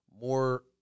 More